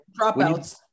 dropouts